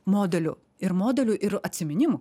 modelių ir modelių ir atsiminimų